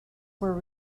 were